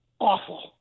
awful